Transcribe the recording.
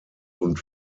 und